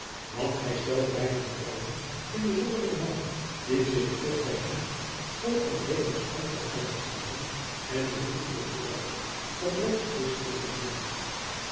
want hij stelde weinig vertrouwen in den zonderlingen man die zich eerst bij hem voor een remonstrant had uitgegeven en zich nu in het gezelschap van roomsche geestelijken bevond